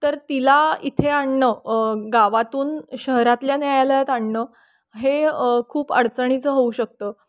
तर तिला इथे आणणं गावातून शहरातल्या न्ययालयात आणणं हे खूप अडचणीचं होऊ शकतं